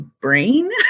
brain